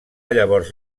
llavors